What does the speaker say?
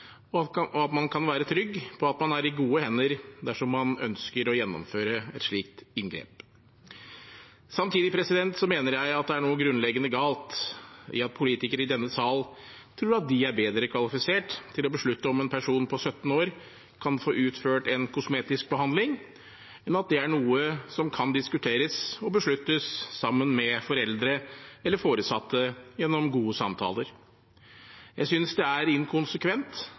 og at man kan være trygg på at man er i gode hender dersom man ønsker å gjennomføre et slikt inngrep. Samtidig mener jeg at det er noe grunnleggende galt i at politikere i denne sal tror de er bedre kvalifisert til å beslutte om en person på 17 år kan få utført en kosmetisk behandling, enn personen selv og foreldre eller foresatte, som sammen kan diskutere og beslutte det gjennom gode samtaler. Jeg synes det er inkonsekvent